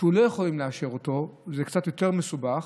שהם לא יכולים לאשר אותו וזה קצת יותר מסובך,